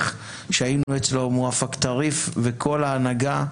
כשהיינו אצלו מוואפק טריף וכל ההנהגה,